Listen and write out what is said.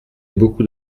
beaucoup